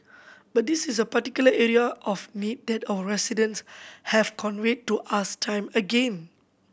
but this is a particular area of need that our residents have conveyed to us time again